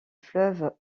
fleuve